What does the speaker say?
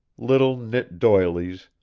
little knit doilies,